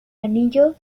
anillo